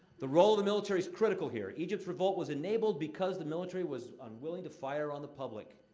the role of the military's critical here. egypt's revolt was enabled because the military was unwilling to fire on the public.